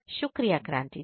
शुक्रिया क्रांति जी